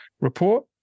report